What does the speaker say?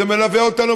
זה מלווה אותנו.